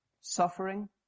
Suffering